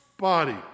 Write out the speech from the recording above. body